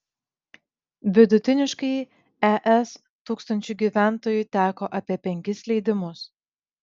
vidutiniškai es tūkstančiu gyventojų teko apie penkis leidimus